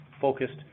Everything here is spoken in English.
focused